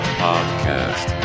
podcast